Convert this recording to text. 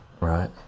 Right